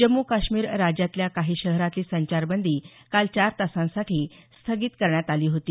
जम्मू काश्मीर राज्यातल्या काही शहरातली संचारबंदी काल चार तासांसाठी स्थगित करण्यात आली होती